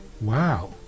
wow